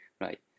right